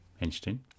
Interesting